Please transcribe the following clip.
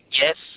yes